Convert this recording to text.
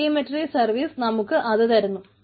ഈ telemetry service നമുക്ക് അത് തരുന്നു